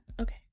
okay